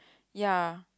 ya